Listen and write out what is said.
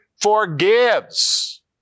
forgives